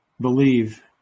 believe